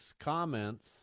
comments